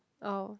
oh